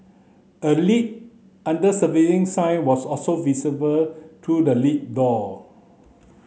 a lift under servicing sign was also visible through the lift door